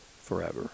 forever